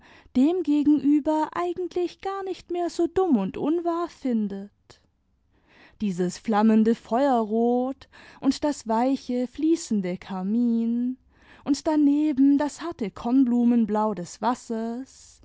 dem gegenüber eigentlich gar nicht mehr so dimim und imwahr findet dieses flammende feuerrot und das weiche fließende karmin und daneben das harte kornblumenblau des wassers